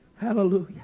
Hallelujah